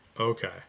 Okay